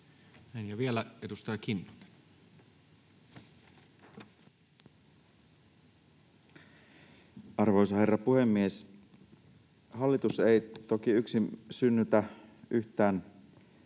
vielä edustaja Kinnunen. Arvoisa herra puhemies! Hallitus ei toki yksin synnytä yhtään